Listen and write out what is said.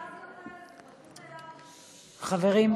חברים.